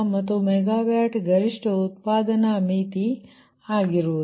ಮತ್ತು ಮೆಗಾವ್ಯಾಟ್ ಗರಿಷ್ಠ ಉತ್ಪಾಧನ ಮಿತಿ ಆಗಿದೆ